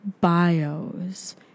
bios